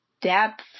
Depth